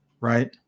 right